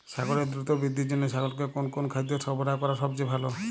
ছাগলের দ্রুত বৃদ্ধির জন্য ছাগলকে কোন কোন খাদ্য সরবরাহ করা সবচেয়ে ভালো?